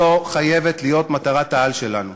זו חייבת להיות מטרת-העל שלנו.